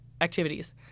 activities